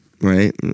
right